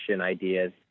ideas